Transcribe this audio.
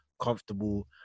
comfortable